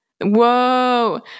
whoa